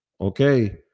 okay